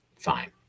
fine